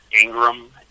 Ingram